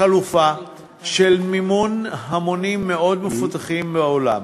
החלופה של מימון המונים מאוד מפותחת בעולם,